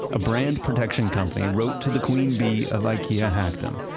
a brand protection company wrote to the queen bee of ikea hackdom.